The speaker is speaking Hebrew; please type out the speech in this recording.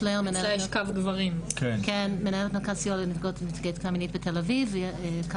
מנכ"לית איגוד מרכזי הסיוע לנפגעות ולנפגעי תקיפה מינית בתל אביב.